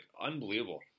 Unbelievable